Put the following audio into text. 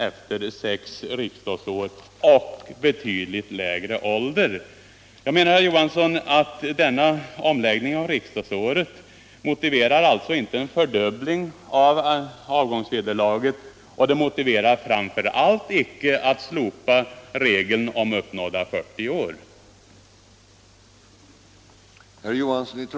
efter sex riksdagsår och vid betydligt lägre ålder. Jag menar alltså, herr Johansson, att denna omläggning av riksdagsåret inte motiverar en fördubbling av avgångsvederlaget för riksdagsledamö ter, och den motiverar framför allt inte att slopa regeln om uppnådda 40 år.